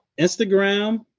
Instagram